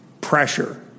pressure